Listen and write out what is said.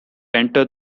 enter